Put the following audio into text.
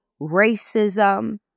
racism